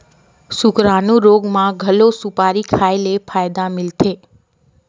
सुकरानू रोग म घलो सुपारी खाए ले फायदा मिलथे